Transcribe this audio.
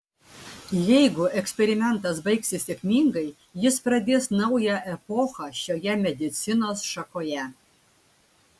jeigu eksperimentas baigsis sėkmingai jis pradės naują epochą šioje medicinos šakoje